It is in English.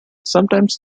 sometimes